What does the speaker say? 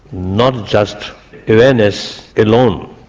not just awareness alone,